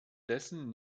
dessen